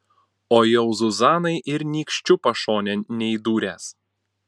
o jau zuzanai ir nykščiu pašonėn neįdūręs